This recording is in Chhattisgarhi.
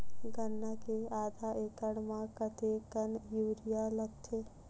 गन्ना के आधा एकड़ म कतेकन यूरिया लगथे?